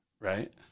Right